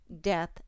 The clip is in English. death